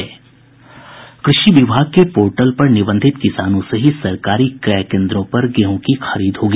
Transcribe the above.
कृषि विभाग के पोर्टल पर निबंधित किसानों से ही सरकारी क्रय केन्द्रों पर गेहूँ की खरीद होगी